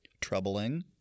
troubling